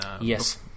Yes